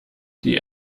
die